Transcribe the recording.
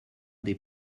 des